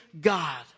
God